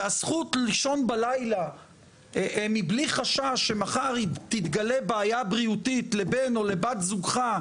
והזכות לישון בלילה מבלי חשש שמחר תתגלה בעיה בריאותית לבן או לבת זוגך,